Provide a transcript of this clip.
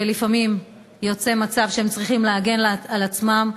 ולפעמים יוצא מצב שהם צריכים להגן על עצמם.